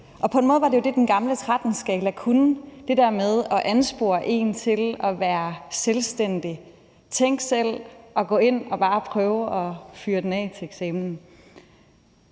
På en måde var det det, den gamle 13-skala kunne, altså det der med at anspore en til at være selvstændig, tænke selv og gå ind og bare prøve at fyre den af til eksamen.